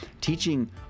Teaching